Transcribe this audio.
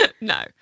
No